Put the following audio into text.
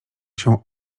się